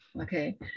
Okay